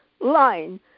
line